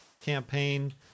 campaign